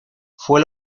fue